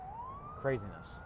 craziness